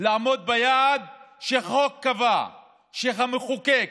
לעמוד ביעד שהחוק קבע, המחוקק,